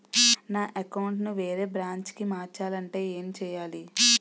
నా అకౌంట్ ను వేరే బ్రాంచ్ కి మార్చాలి అంటే ఎం చేయాలి?